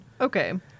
Okay